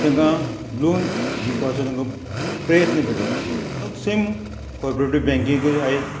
तेंका लॉन दिवपाचो तेंका प्रयत्न करतात सेम कॉर्पोरेटीव बँकींग आयज